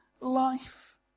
life